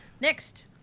next